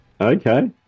Okay